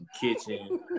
kitchen